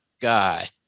guy